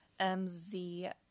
mz